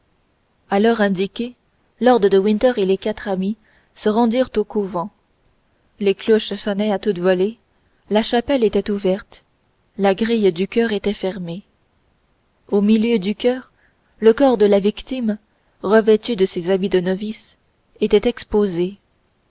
l'heure indiquée lord de winter et les quatre amis se rendirent au couvent les cloches sonnaient à toute volée la chapelle était ouverte la grille du choeur était fermée au milieu du choeur le corps de la victime revêtue de ses habits de novice était exposé